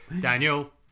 Daniel